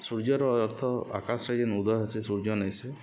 ସୂର୍ଯ୍ୟର ଅର୍ଥ ଆକାଶ୍ରେ ଯେନ୍ ଉଦୟ ହେସି ସେ ସୂର୍ଯ୍ୟ ନେଇସେ